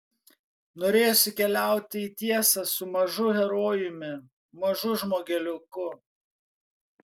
norėjosi keliauti į tiesą su mažu herojumi mažu žmogeliuku